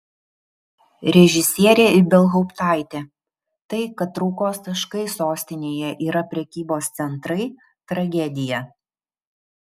režisierė ibelhauptaitė tai kad traukos taškai sostinėje yra prekybos centrai tragedija